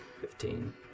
fifteen